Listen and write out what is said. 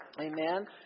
Amen